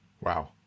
Wow